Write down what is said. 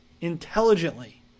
intelligently